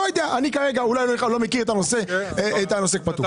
אני כרגע אולי לא מכיר את הנושא של עוסק פטור.